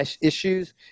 issues